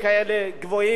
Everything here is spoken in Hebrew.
לתת לו פטור ממע"מ.